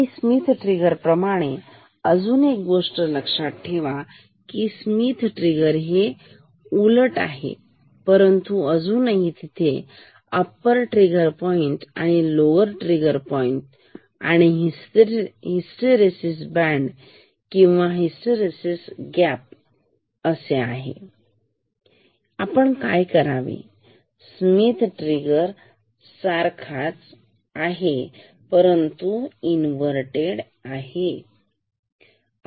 आणि Smith trigger प्रमाणे अजून एक गोष्ट लक्षात ठेवास्मिथ ट्रिगर प्रमाणे हे उलट आहे परंतु अजूनही तिथे अप्पर ट्रिगर पॉईंट आणि लोअर ट्रिगर पॉईंट आणि हिस्टोरेसिस बँड किंवा हेस्टरेसिस गॅप आले तर काय करायचे हे स्मिथ ट्रिगर सारखच आहे परंतु इन्व्हरटेड आहे ठीक